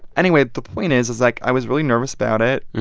anyway, the point is is, like, i was really nervous about it,